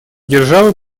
державы